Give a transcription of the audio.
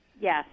Yes